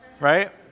right